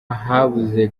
habuze